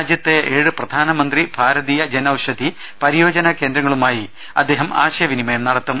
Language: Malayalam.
രാജ്യത്തെ ഏഴ് പ്രധാനമന്ത്രി ഭാരതീയ ജൻഔഷധി പരിയോ ജന കേന്ദ്രങ്ങളുമായി അദ്ദേഹം ആശയവിനിമയം നടത്തും